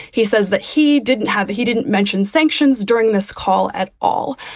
he says that he didn't have he didn't mention sanctions during this call at all.